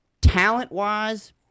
Talent-wise